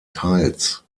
teils